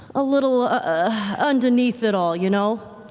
a little underneath it all, you know?